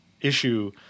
issue